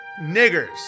niggers